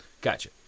Gotcha